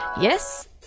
Yes